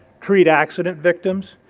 treat accident victims,